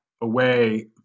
away